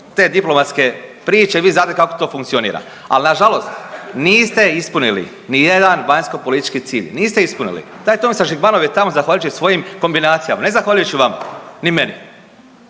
te diplomatske priče i vi znate kako to funkcionira. Ali nažalost, niste ispunili nijedan vanjskopolitički cilj. Niste ispunili. Taj Tomislav Žigmanov je tamo zahvaljujući svojim kombinacijama, ne zahvaljujući vama ni meni.